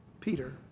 Peter